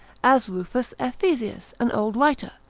as ruffus ephesius, an old writer,